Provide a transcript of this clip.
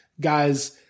guys